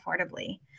affordably